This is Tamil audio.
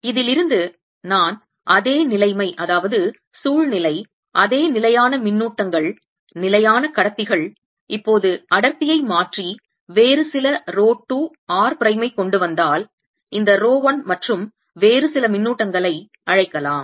இதிலிருந்து நான் அதே நிலைமை சூழ்நிலை அதே நிலையான மின்னூட்டங்கள் நிலையான கடத்திகள் இப்போது அடர்த்தியை மாற்றி வேறு சில ரோ 2 r பிரைம் ஐ கொண்டு வந்தால் இந்த ரோ 1 மற்றும் வேறு சில மின்னூட்டங்களை அழைக்கலாம்